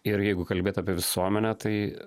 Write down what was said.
ir jeigu kalbėti apie visuomenę tai